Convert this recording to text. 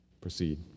proceed